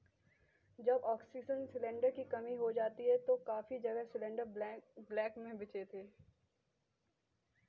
जब oxygen cylinder की कमी हो गई थी तो काफी जगह सिलेंडरस ब्लैक में बिके थे